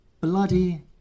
bloody